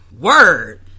Word